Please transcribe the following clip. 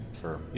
Sure